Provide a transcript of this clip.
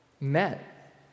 met